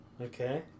Okay